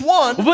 one